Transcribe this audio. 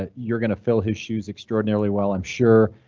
ah you're going to fill his shoes extraordinarily. well, i'm sure